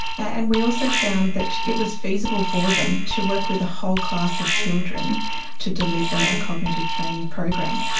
and we also found that it was feasible for them to work with a whole class of children to deliver a cognitive training program.